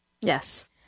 Yes